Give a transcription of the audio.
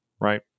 right